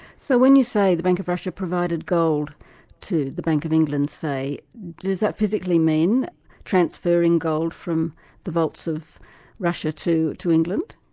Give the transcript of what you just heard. so when you say the bank of russia provided gold to the bank of england, say, does that physically mean transferring gold from the vaults of russia to to england?